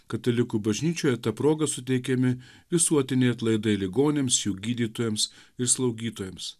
katalikų bažnyčioje ta proga suteikiami visuotiniai atlaidai ligoniams jų gydytojams ir slaugytojams